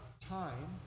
time